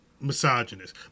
misogynist